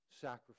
sacrifice